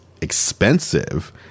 expensive